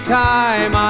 time